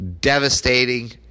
devastating